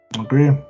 Agree